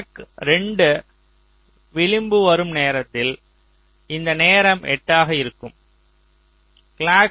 clock 2 விளிம்பு வரும் நேரத்தில் இதன் நேரம் 8 ஆக இருக்கம்